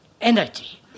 energy